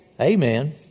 Amen